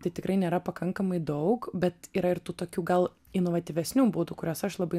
tai tikrai nėra pakankamai daug bet yra ir tų tokių gal inovatyvesnių būdų kuriuos aš labai